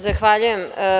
Zahvaljujem.